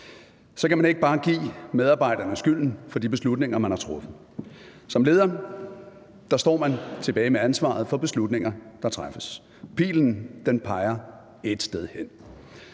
Så kan man ikke bare give medarbejderne skylden for de beslutninger, man har truffet. Som leder står man tilbage med ansvaret for beslutninger, der træffes. Pilen peger ét sted hen.